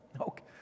okay